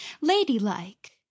ladylike